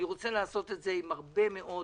אני רוצה לעשות את זה עם הרבה מאוד